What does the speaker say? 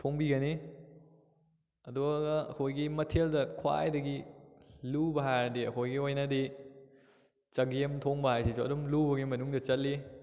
ꯊꯣꯡꯕꯤꯒꯅꯤ ꯑꯗꯨꯒ ꯑꯩꯈꯣꯏꯒꯤ ꯃꯊꯦꯜꯗ ꯈ꯭ꯋꯥꯏꯗꯒꯤ ꯂꯨꯕ ꯍꯥꯏꯔꯗꯤ ꯑꯩꯈꯣꯏꯒꯤ ꯑꯣꯏꯅꯗꯤ ꯆꯒꯦꯝ ꯊꯣꯡꯕ ꯍꯥꯏꯁꯤꯁꯨ ꯑꯗꯨꯝ ꯂꯨꯕꯒꯤ ꯃꯅꯨꯡꯗ ꯆꯜꯂꯤ